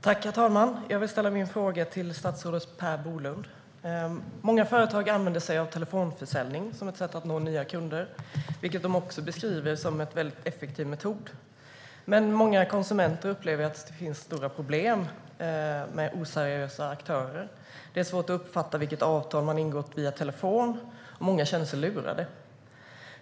Herr talman! Jag vill ställa min fråga till statsrådet Per Bolund. Många företag använder sig av telefonförsäljning som ett sätt att nå nya kunder, vilket de också beskriver som en effektiv metod. Men många konsumenter upplever att det finns stora problem med oseriösa aktörer. Det är svårt att uppfatta vilket avtal man har ingått via telefon, och många känner sig lurade.